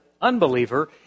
unbeliever